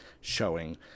showing